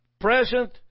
present